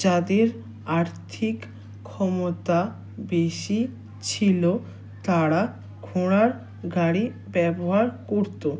যাদের আর্থিক ক্ষমতা বেশি ছিল তারা ঘোড়ার গাড়ি ব্যবহার করত